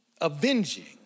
avenging